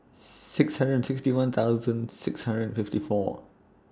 six hundred and sixty one thousand six hundred and fifty four